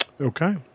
Okay